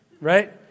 right